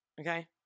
Okay